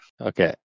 okay